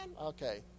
Okay